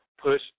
Push